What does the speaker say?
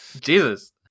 Jesus